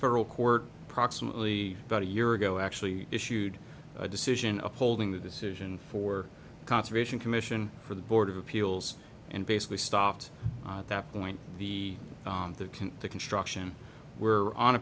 federal court proximately about a year ago actually issued a decision upholding the decision for conservation commission for the board of appeals and basically stopped at that point the construction were on